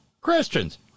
Christians